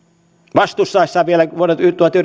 vastustaessaan vielä vuonna